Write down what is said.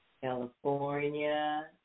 California